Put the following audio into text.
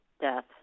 death